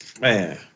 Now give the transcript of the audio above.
man